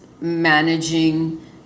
managing